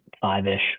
five-ish